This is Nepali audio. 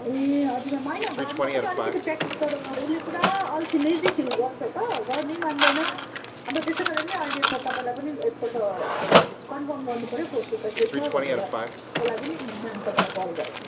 ए हजुर म्याम होइन घरमा पनि अलिकति प्र्याक्टिस गराउँदाखेरि उसले पुरा अल्छी लेजी फिल गर्छ त गर्नै मान्दैन अन्त त्यसै कारणले अहिले म तपाईँलाई पनि एकपल्ट कन्फर्म गर्नुपर्यो कस्तो छ के छ भनेर त्यो लागि नि म्याम तपाईँलाई कल गरेको